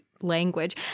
language